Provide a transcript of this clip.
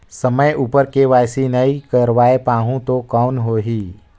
समय उपर के.वाई.सी नइ करवाय पाहुं तो कौन होही?